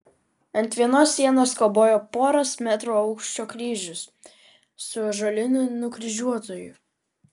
ant vienos sienos kabojo poros metrų aukščio kryžius su ąžuoliniu nukryžiuotuoju